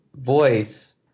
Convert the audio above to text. voice